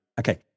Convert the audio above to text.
Okay